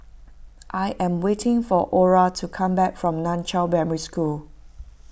I am waiting for Orah to come back from Nan Chiau Primary School